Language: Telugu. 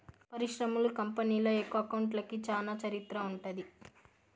పరిశ్రమలు, కంపెనీల యొక్క అకౌంట్లకి చానా చరిత్ర ఉంటది